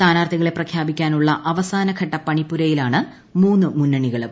സ്ഥാനാർത്ഥികളെ പ്രഖ്യാപിക്കുന്നതിനുള്ള അവസാനഘട്ട പണിപ്പുരയിൽ ആണ് മൂന്ന് മുന്നണികളും